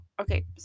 Okay